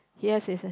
yes is a